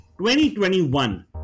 2021